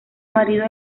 marido